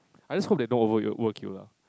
I just hope they don't overwork you lah